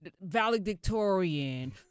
valedictorian